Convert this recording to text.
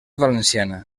valenciana